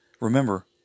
Remember